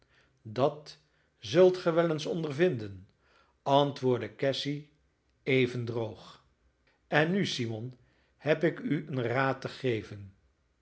dat zult ge wel eens ondervinden antwoordde cassy even droog en nu simon heb ik u een raad te geven